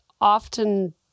often